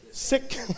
sick